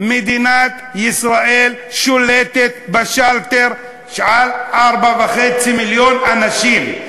מדינת ישראל שולטת בשאלטר של 4.5 מיליון אנשים.